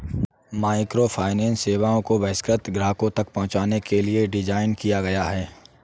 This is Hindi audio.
माइक्रोफाइनेंस सेवाओं को बहिष्कृत ग्राहकों तक पहुंचने के लिए डिज़ाइन किया गया है